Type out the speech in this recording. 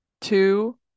two